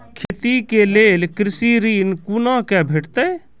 खेती के लेल कृषि ऋण कुना के भेंटते?